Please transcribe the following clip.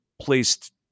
placed